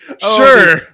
Sure